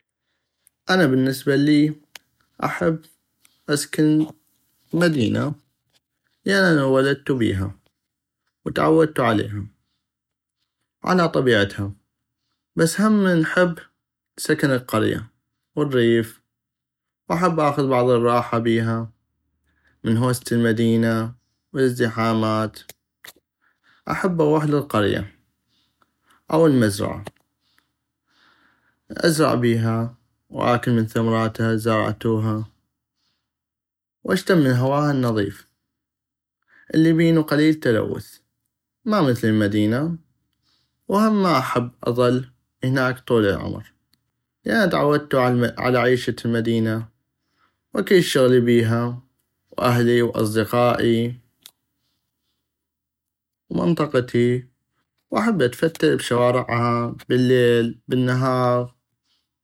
انا بل النسبة لي احب اسكن بمدينة لان انا نولدتو بيها وتعودتو عليها وعلى طبيعتها بس هم نحب سكن القرية والريف واحب اخذ بعض الراحة بيها من هوسة المدينة والازدحامات احب اغوح للقرية او المزرعة ازرع بيها واكل من ثمراتها اليزرعتوها واشتم من هوها النظيف الي بينو قليل تلوث وما مثل المدينة وهم ما احب اظل هناك طول العمر لان انا تعودتو على عيشة المدينة واكيد شغلي بيها واهلي واصدقائي ومنطقتي واحب اتفتل بشوارعها بليل بل النهاغ